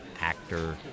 actor